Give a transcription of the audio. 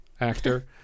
actor